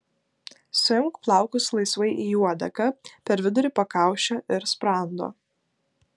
suimk plaukus laisvai į uodegą per vidurį pakaušio ir sprando